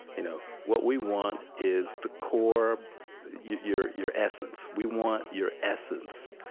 you know, what we want is the core your your essence. we want your essence.